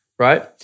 Right